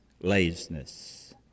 laziness